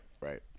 right